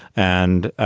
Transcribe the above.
and,